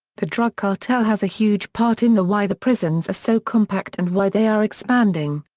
the drug cartel has a huge part in the why the prisons are so compact and why they are expanding.